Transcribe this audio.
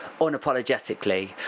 unapologetically